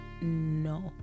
No